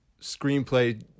screenplay